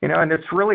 you know and it's really